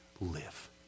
live